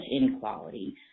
inequality